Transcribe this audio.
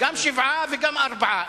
גם שבעה וגם ארבעה.